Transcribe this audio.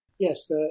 Yes